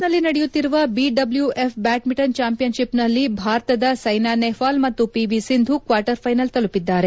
ಪ್ಯಾರಿಸ್ನಲ್ಲಿ ನಡೆಯುತ್ತಿರುವ BWF badminton ಚಾಂಪಿಯನ್ಡಿಪ್ನಲ್ಲಿ ಭಾರತದ ಸ್ಟೆನಾ ನೇಹವಾಲ್ ಮತ್ತು ಪಿವಿ ಸಿಂಧು ಕ್ವಾರ್ಟರ್ ಫೈನಲ್ ತಲುಪಿದ್ದಾರೆ